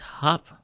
top